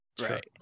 right